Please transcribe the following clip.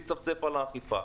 לצפצף על האכיפה.